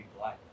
life